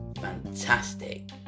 fantastic